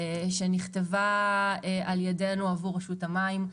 שנכתבה על-ידינו עבור רשות המים,